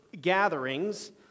gatherings